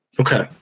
Okay